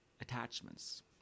attachments